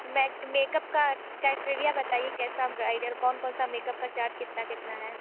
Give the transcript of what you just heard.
मैं मेकअप का क्राइटेरिया बताइए कैसा ब्राइडल कौन कौन सा मेकअप का चार्ज कितना कितना है